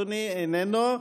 אדוני איננו,